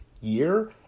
year